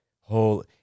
whole